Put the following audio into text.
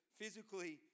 physically